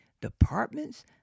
departments